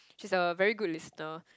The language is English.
she's a very good listener